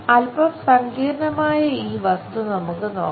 അല്പം സങ്കീർണ്ണമായ ഈ വസ്തു നമുക്ക് നോക്കാം